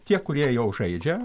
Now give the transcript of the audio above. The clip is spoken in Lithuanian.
tie kurie jau žaidžia